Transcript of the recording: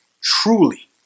truly